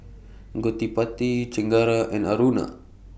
Gottipati Chengara and Aruna